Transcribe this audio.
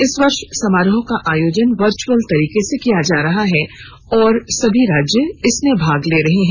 इस वर्ष समारोह का आयोजन वर्चअल तरीके से किया जा रहा है और सभी राज्य इसमें भाग ले रहे हैं